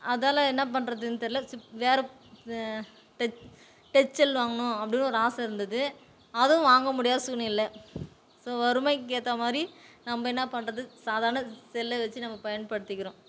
அதால் என்ன பண்றதுன்னு தெரியல சி வேறே டச் டச்செல் வாங்கணும் அப்படின்னு ஒரு ஆசை இருந்தது அதுவும் வாங்க முடியாத சூழ்நிலை ஸோ வறுமைக்கு ஏற்றா மாதிரி நம்ம என்ன பண்றது சாதாரண செல்லை வச்சி நம்ம பயன்படுத்துக்கிறோம்